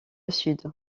sud